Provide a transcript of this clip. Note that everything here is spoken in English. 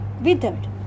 withered